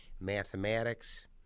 mathematics